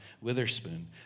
Witherspoon